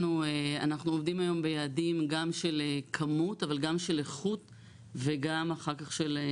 אנחנו עובדים היום ביעדים גם של כמות אבל גם של איכות וגם אחר כך של,